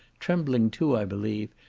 trembling too, i believe,